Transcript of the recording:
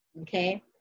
okay